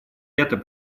это